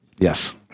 Yes